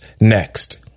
next